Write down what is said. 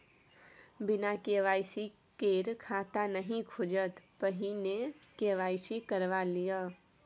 बिना के.वाई.सी केर खाता नहि खुजत, पहिने के.वाई.सी करवा लिअ